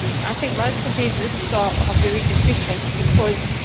i think most of this lists are very deficient, because,